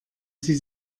sie